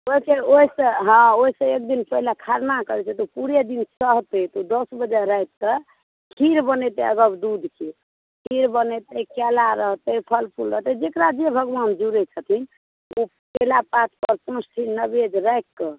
ओहिसँ ओहिसँ हॅं ओहिसे एक दिन पहिने खरना करै छै तऽ पुरे दिन सहतै आ दस बजे रातिमे खीर बनै छै दुधकेँ खीर बनै छै केला रहतै फल फुल रहतै जेकरा जे किछु जे भगवान जुड़बै छथिन से केला पात पर पाँच ठाम नैवेद्य राखिकऽ